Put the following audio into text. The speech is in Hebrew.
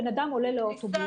בן אדם עולה לאוטובוס,